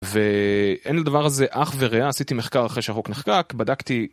ואין לדבר הזה אח ורע, עשיתי מחקר אחרי שהחוק נחקק, בדקתי.